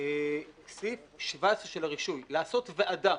סעיף 17 של הרישוי, לעשות ועדה